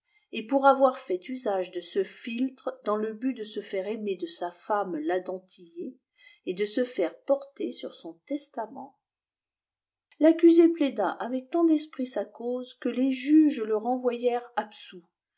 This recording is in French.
et pour avoir fait usage de ce philtre dans le but de se faire aimer de sa femme ladentiller et de se faire porter sur son testament l'accusé plaida avec tant d'esprit sa cause que les juges le renvoyèrent absous